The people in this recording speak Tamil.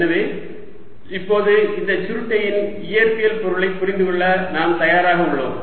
எனவே இப்போது இந்த சுருட்டையின் இயற்பியல் பொருளைப் புரிந்துகொள்ள நாம் தயாராக உள்ளோம்